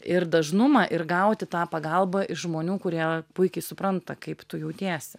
ir dažnumą ir gauti tą pagalbą iš žmonių kurie puikiai supranta kaip tu jautiesi